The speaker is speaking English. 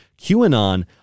QAnon